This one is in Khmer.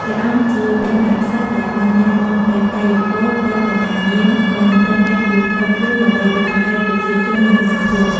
ព្រះអង្គជាព្រះមហាក្សត្រដែលបានលះបង់ព្រះកាយពល ព្រះបញ្ញាញាណ និងព្រះកិត្តិយសផ្ទាល់ខ្លួន ដើម្បីបុព្វហេតុប្រជាជន និងមាតុភូមិ។